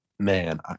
man